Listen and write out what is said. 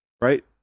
right